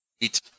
eat